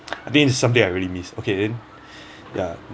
I think is something I really miss okay then ya